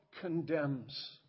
condemns